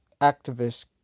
activist